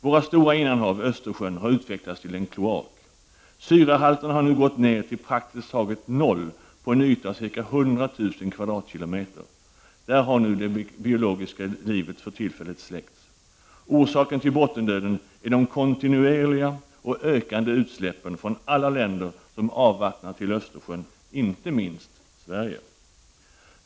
Vårt stora innanhav Östersjön har utvecklats till en kloak. Syrehalterna har nu gått ner till praktiskt taget noll på en yta av ca 100 000 km?. Där har nu det biologiska livet för tillfället släckts. Orsaken till bottendöden är de kontinuerliga och ökande utsläppen från alla länder som avvattnar till Östersjön, inte minst Sverige.